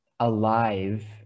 alive